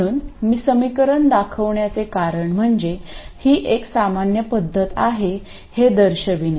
म्हणून मी समीकरण दाखवण्याचे कारण म्हणजे ही एक सामान्य पद्धत आहे हे दर्शविणे